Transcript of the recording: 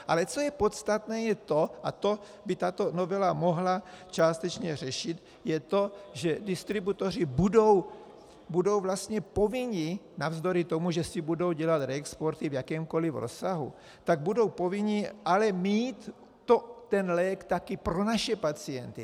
Ale co je podstatné, je to, a to by tato novela mohla částečně řešit, je to, že distributoři budou vlastně povinni navzdory tomu, že si budou dělat reexporty v jakémkoli rozsahu, budou povinni ale mít ten lék také pro naše pacienty.